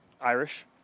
Irish